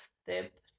step